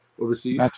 overseas